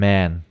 Man